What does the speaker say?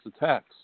attacks